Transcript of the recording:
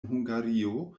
hungario